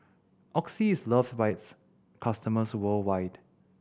Oxy is loved by its customers worldwide